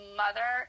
mother